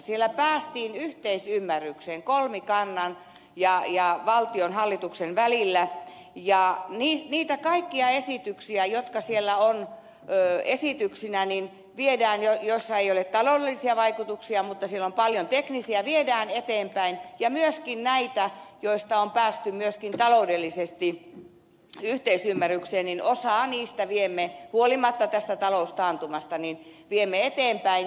siellä päästiin yhteisymmärrykseen kolmikannan ja valtion hallituksen välillä ja niitä kaikkia esityksiä jotka siellä ovat esityksinä ja joissa ei ole taloudellisia vaikutuksia mutta joissa on paljon teknisiä vaikutuksia viedään eteenpäin ja myöskin näitä joista on päästy myöskin taloudellisesti yhteisymmärrykseen osaa niistä viemme huolimatta tästä taloustaantumasta eteenpäin